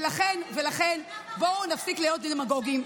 ולכן, בואו נפסיק להיות דמגוגים.